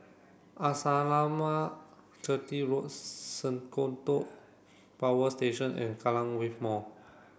Arnasalam Chetty Road Senoko Power Station and Kallang Wave Mall